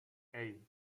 hey